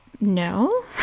No